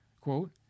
quote